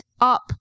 up